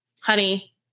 Honey